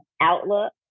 Outlook